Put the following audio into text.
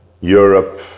Europe